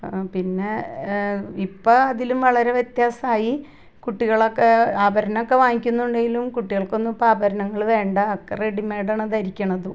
പിന്നെ ഇപ്പം അതിലും വളരെ വ്യത്യാസമായി കുട്ടികളൊക്കെ ആഭരണമൊക്കെ വാങ്ങിക്കുന്നുണ്ടെങ്കിലും കുട്ടികൾക്കൊന്നും ഇപ്പം ആഭരണങ്ങൾ വേണ്ട ഒക്കെ റെഡി മെയിഡാണ് ധരിക്കുന്നതും